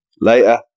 Later